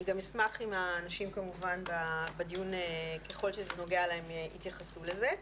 אשמח אם האנשים בדיון ככל שזה נוגע אליהם יתייחסו לזה.